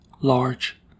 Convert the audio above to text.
large